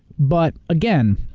but, again,